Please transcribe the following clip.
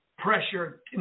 pressure